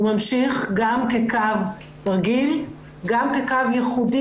הוא ממשיך גם כקו רגיל וגם כקו ייחודי